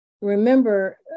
remember